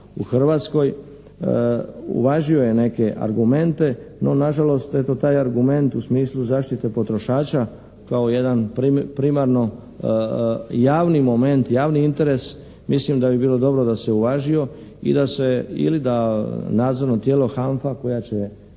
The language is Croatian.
u Hrvatskoj uvažuje neke argumente. No, na žalost eto taj argument u smislu zaštite potrošača kao jedan primarno javni moment, javni interes mislim da bi bilo dobro da se uvažio i da se ili da nadzorno tijelo HANFA koja će